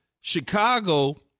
Chicago